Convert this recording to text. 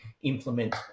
implement